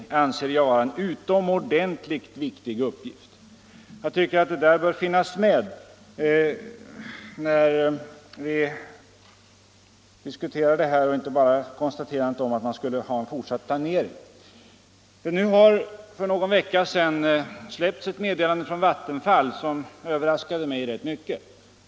Jag anser att dessa uttalanden bör finnas med när vi diskuterar detta och att man inte bara får konstatera att vi skall ha en fortsatt planering. För någon vecka sedan kom ett meddelande från Vattenfall som överraskade mig rätt mycket.